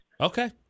Okay